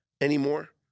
anymore